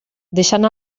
deixant